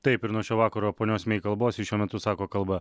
taip ir nuo šio vakaro ponios mey kalbos ji šiuo metu sako kalbą